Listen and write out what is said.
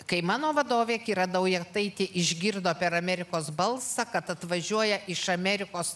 kai mano vadovė kira daujotaitė išgirdo per amerikos balsą kad atvažiuoja iš amerikos